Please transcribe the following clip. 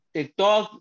TikTok